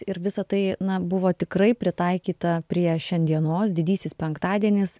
ir visa tai na buvo tikrai pritaikyta prie šiandienos didysis penktadienis